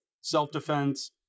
self-defense